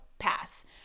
Pass